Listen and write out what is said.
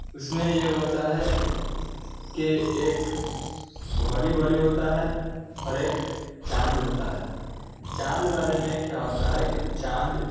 اس میں یہ ہوتا ہے کہ ایک بھولی بولی ہوتا ہے اور ایک چاند ہوتا ہے چاند والے میں کیا ہوتا ہے کہ چاند